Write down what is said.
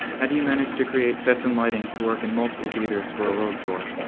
how do you manage to create sets and lighting to work in multiple theatres for a road tour?